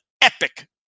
epic